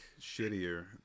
shittier